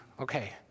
okay